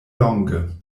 longe